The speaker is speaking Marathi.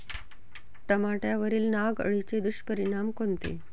टमाट्यावरील नाग अळीचे दुष्परिणाम कोनचे?